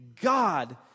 God